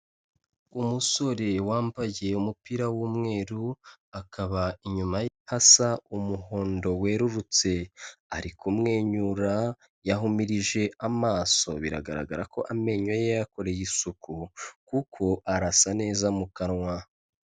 Umusore wambaye umupira w'umweru, akaba inyuma hasa umuhondo werurutse, ari kumwenyura, yahumirije amaso biragaragara ko amenyo ye yayakoreye isuku, kuko arasa neza mu kanwa.